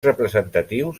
representatius